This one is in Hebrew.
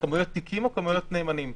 או כמויות נאמנים?